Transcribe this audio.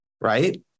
Right